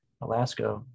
Alaska